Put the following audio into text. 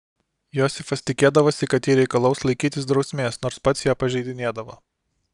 josifas tikėdavosi kad ji reikalaus laikytis drausmės nors pats ją pažeidinėdavo